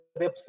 website